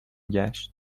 گشت